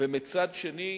ומצד שני,